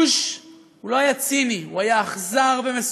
השימוש, הוא לא היה ציני, הוא היה אכזר ומסוכן,